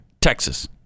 Texas